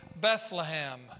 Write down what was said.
Bethlehem